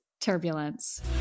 Turbulence